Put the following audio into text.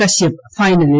കശ്യപ് ഫൈനലിൽ